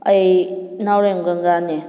ꯑꯩ ꯅꯥꯎꯔꯦꯝ ꯒꯪꯒꯥꯅꯦ